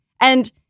And-